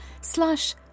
slash